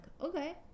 okay